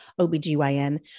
OBGYN